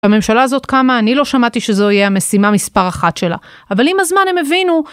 הממשלה הזאת קמה, אני לא שמעתי שזוהי המשימה מספר אחת שלה. אבל עם הזמן הם הבינו